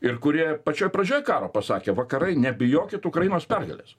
ir kurie pačioj pradžioj karo pasakė vakarai nebijokit ukrainos pergalės